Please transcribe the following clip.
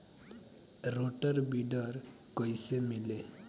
Rotor weeder कईसे मिले?